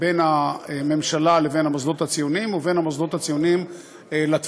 בין הממשלה לבין המוסדות הציוניים ובין המוסדות הציוניים לתפוצות.